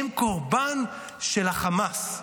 הם קורבן של החמאס.